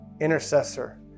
intercessor